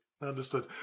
Understood